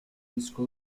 disco